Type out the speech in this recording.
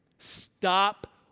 Stop